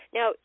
Now